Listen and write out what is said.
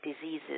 diseases